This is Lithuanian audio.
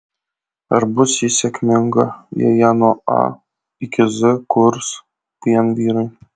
ar bus ji sėkminga jei ją nuo a iki z kurs vien vyrai